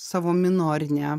savo minorine